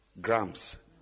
grams